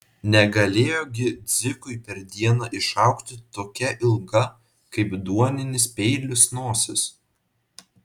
negalėjo gi dzikui per dieną išaugti tokia ilga kaip duoninis peilis nosis